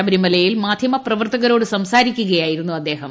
ശബരിമലയിൽ മാധ്യമപ്രവർത്തകരോട് സംസാരിക്കയായിരുന്നു അദ്ദേഹം